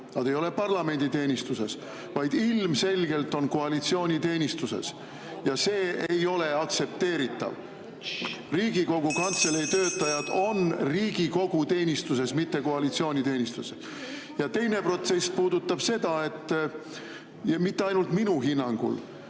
Nad ei ole parlamendi teenistuses, vaid ilmselgelt on koalitsiooni teenistuses ja see ei ole aktsepteeritav. (Sumin saalis. Juhataja helistab kella.) Riigikogu Kantselei töötajad on Riigikogu teenistuses, mitte koalitsiooni teenistuses. Ja teine protest puudutab seda, et mitte ainult minu hinnangul,